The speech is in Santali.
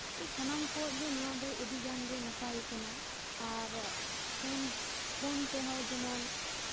ᱛᱚ ᱥᱟᱱᱟᱢ ᱠᱚᱣᱟᱜ ᱜᱮ ᱱᱚᱣᱟ ᱫᱚ ᱟᱹᱰᱤᱜᱟᱱ ᱜᱮ ᱱᱟᱯᱟᱭ ᱠᱟᱱᱟ ᱯᱷᱳᱱ ᱯᱷᱳᱱ ᱛᱮᱦᱚᱸ ᱡᱮᱢᱚᱱ